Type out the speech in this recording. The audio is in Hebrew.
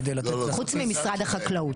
חוץ ממשרד החקלאות.